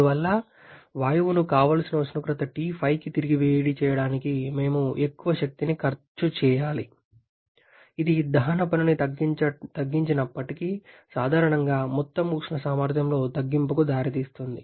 అందువల్ల వాయువును కావలసిన ఉష్ణోగ్రత T5కి తిరిగి వేడి చేయడానికి మేము ఎక్కువ శక్తిని ఖర్చు చేయాలి ఇది దహన పనిని తగ్గించినప్పటికీ సాధారణంగా మొత్తం ఉష్ణ సామర్థ్యంలో తగ్గింపుకు దారితీస్తుంది